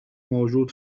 موجود